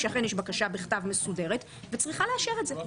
שאכן יש בקשה בכתב והיא צריכה לאשר את זה.